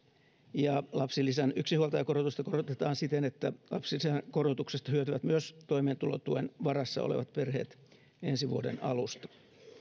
ja lapsilisän yksinhuoltajakorotusta korotetaan siten että lapsilisän korotuksesta hyötyvät myös toimeentulotuen varassa olevat perheet ensi vuoden alusta